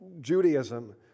Judaism